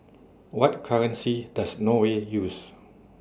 What currency Does Norway use